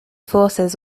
forces